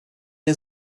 der